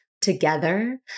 together